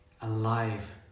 alive